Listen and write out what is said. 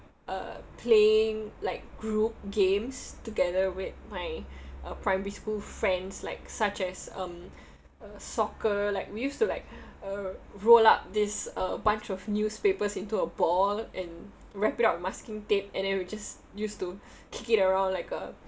uh playing like group games together with my uh primary school friends like such as um uh soccer like we used to like uh roll up this uh bunch of newspapers into a ball and wrap it up with masking tape and then we just used to kick it around like a